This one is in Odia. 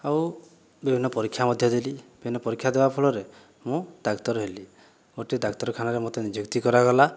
ଆଉ ବିଭିନ୍ନ ପରୀକ୍ଷା ମଧ୍ୟ ଦେଲି ବିଭିନ୍ନ ପରୀକ୍ଷା ଦେବା ଫଳରେ ମୁଁ ଡାକ୍ତର ହେଲି ଗୋଟେ ଡାକ୍ତରଖାନାରେ ମତେ ନିଯୁକ୍ତି କରାଗଲା